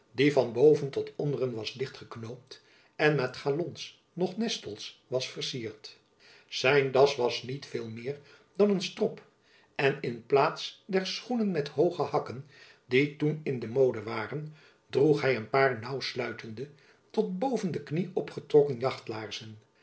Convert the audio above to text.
die van boven tot onderen was dichtgeknoopt en met galons noch nestels was vercierd zijn das was niet veel meer dan een strop en in plaats der schoenen met hooge hakken die toen in de mode waren droeg hy een paar naauw sluitende tot boven de knie opgetrokken